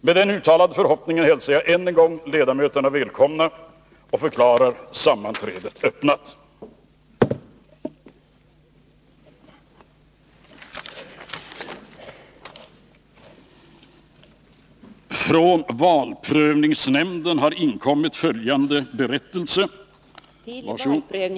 Med den uttalade förhoppningen hälsar jag än en gång ledamöterna välkomna och förklarar sammanträdet öppnat. Till valprövningsnämnden har från riksskatteverket inkommit bevis för dem som med anledning av riksdagsvalet den 19 september 1982 har utsetts tillledamöter av riksdagen och ersättare för dessa. Bevisen, som daterats den 28 september 1982, är till antalet 349 för riksdagsledamöter och 485 för ersättare. Valprövningsnämnden har vid sammanträde denna dag granskat bevisen och därvid funnit, att de har blivit utfärdade i enlighet med 15 kap. 18 vallagen.